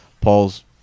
Paul's